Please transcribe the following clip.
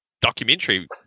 documentary